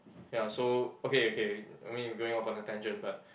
ya so okay okay I mean we're going off on a tangent but